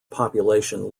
population